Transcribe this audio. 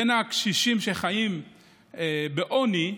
בין הקשישים שחיים בעוני,